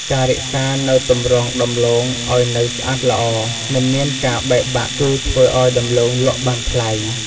ការរក្សានូវទម្រង់ដំឡូងឲ្យនៅស្អាតល្អ មិនមានការបែកបាក់គឺធ្វើឲ្យដំឡូងលក់់បានថ្លៃ។